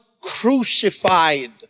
crucified